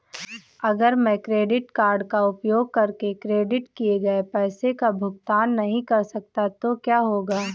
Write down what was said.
अगर मैं credit card का उपयोग करके क्रेडिट किए गए पैसे का भुगतान नहीं कर सकता तो क्या होगा?